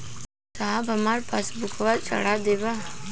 साहब हमार पासबुकवा चढ़ा देब?